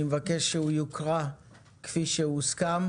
אני מבקש שהוא יוקרא כפי שהוסכם.